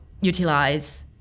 utilize